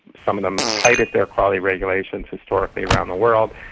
some of the tightest air quality regulations historically around the world,